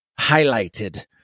Highlighted